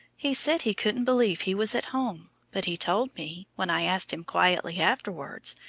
he said he couldn't believe he was at home, but he told me, when i asked him quietly afterwards,